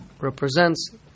represents